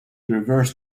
reversed